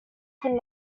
could